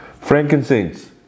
Frankincense